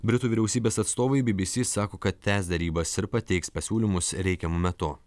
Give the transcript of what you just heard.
britų vyriausybės atstovai bbc sako kad tęs derybas ir pateiks pasiūlymus reikiamu metu